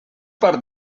part